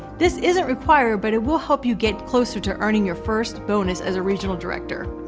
this isn't required, but it will help you get closer to earning your first bonus as a regional director.